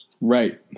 Right